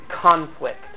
conflict